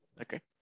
Okay